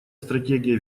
стратегия